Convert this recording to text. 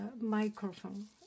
microphone